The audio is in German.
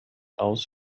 aus